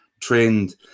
trained